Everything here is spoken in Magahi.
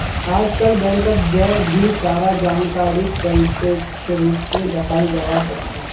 आजकल बैंकत जय भी सारा जानकारीक प्रत्यक्ष रूप से दखाल जवा सक्छे